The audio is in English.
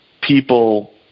people